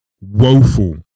Woeful